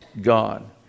God